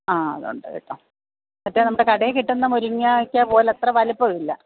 ആ അതുണ്ട് കേട്ടോ മറ്റേ നമ്മുടെ കടയിൽ കിട്ടുന്ന മുരിങ്ങക്ക പോലെ അത്ര വലുപ്പമില്ല